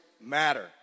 matter